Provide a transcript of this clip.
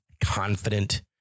confident